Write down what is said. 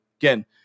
again